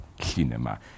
cinema